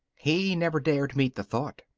he never dared meet the thought.